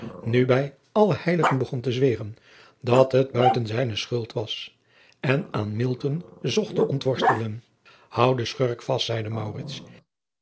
nu bij alle heiligen begon te zweren dat het buiten zijne schuld was en aan zocht te ontworstelen oud den schurk vast zeide